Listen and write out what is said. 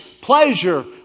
pleasure